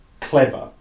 clever